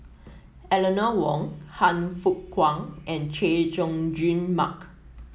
Eleanor Wong Han Fook Kwang and Chay Jung Jun Mark